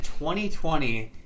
2020